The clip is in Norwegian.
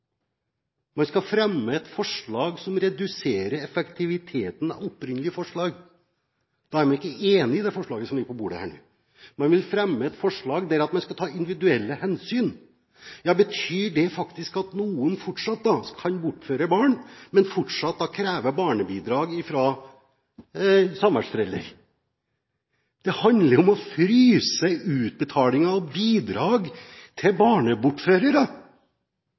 Man skal fremme et forslag som reduserer effektiviteten av opprinnelig forslag – da er man ikke enig i det forslaget som ligger på bordet her nå. Man vil fremme et forslag der man skal ta individuelle hensyn. Betyr det at noen kan bortføre barn og fortsatt kreve barnebidrag fra samværsforelder? Det handler om å fryse utbetalinger og bidrag til barnebortførere,